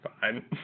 Fine